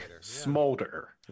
smolder